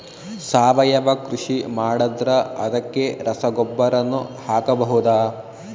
ಸಾವಯವ ಕೃಷಿ ಮಾಡದ್ರ ಅದಕ್ಕೆ ರಸಗೊಬ್ಬರನು ಹಾಕಬಹುದಾ?